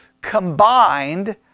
combined